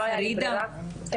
לא הייתה לי ברירה.